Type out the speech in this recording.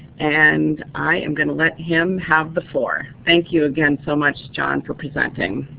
and i am going to let him have the floor. thank you again so much, john, for presenting.